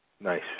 Nice